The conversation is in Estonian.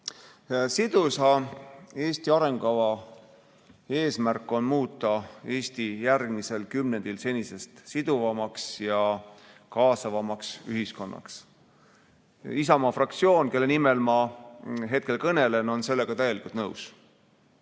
Sidusa Eesti arengukava eesmärk on muuta Eesti järgmisel kümnendil senisest sidusamaks ja kaasavamaks ühiskonnaks. Isamaa fraktsioon, kelle nimel ma hetkel kõnelen, on sellega täielikult nõus.